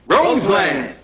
Roseland